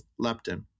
leptin